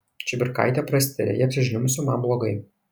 čibirkaitė prasitarė jei apsižliumbsiu man blogai